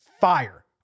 fire